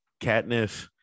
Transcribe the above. Katniss